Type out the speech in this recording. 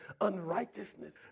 unrighteousness